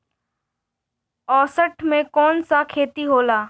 अषाढ़ मे कौन सा खेती होला?